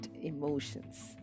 emotions